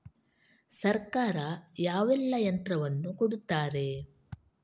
ಸರ್ಕಾರ ಯಾವೆಲ್ಲಾ ಯಂತ್ರವನ್ನು ಕೊಡುತ್ತಾರೆ?